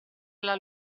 alla